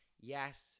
Yes